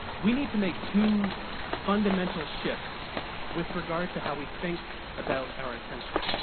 we need to make two fundamental shifts with regard to how we think about our attention.